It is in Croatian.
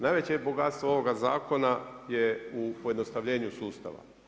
Najveće bogatstvo ovoga zakona je u pojednostavljenju sustava.